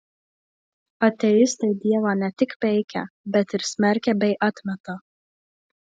ateistai dievą ne tik peikia bet ir smerkia bei atmeta